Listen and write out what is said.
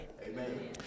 Amen